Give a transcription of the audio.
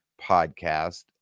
podcast